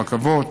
רכבות.